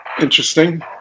interesting